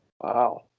wow